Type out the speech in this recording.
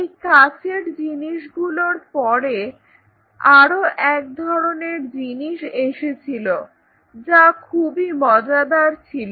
এই কাঁচের জিনিসগুলোর পরে আরো এক ধরনের জিনিস এসেছিল যা খুবই মজাদার ছিল